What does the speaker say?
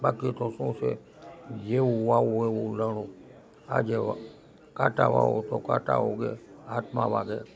બાકી તો શું છે જેવું વાવો એવું લણો આજે કાંટા વાવો તો કાંટા ઉગે હાથમાં વાગે